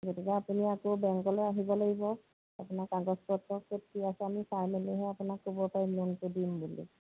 গতিকে আপুনি আকৌ বেংকলে আহিব লাগিব আপোনাৰ কাগজ পত্ৰ কি আছে আমি চাই মেলিহে আপোনাক ক'ব পাৰিম লোনটো দিম বুলি